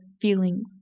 feeling